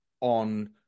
on